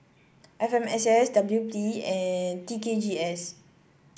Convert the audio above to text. F M S S W P and T K G S